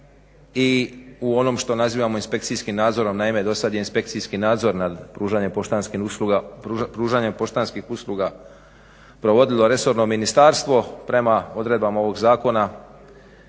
i u onom što nazivamo inspekcijskim nadzorom. Naime, dosad je inspekcijski nadzor nad pružanjem poštanskih usluga provodilo resorno ministarstvo prema odredbama ovog zakona.